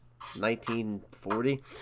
1940